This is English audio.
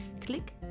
click